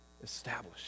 established